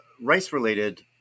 rice-related